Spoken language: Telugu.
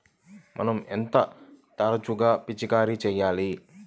మనం ఎంత తరచుగా పిచికారీ చేయాలి?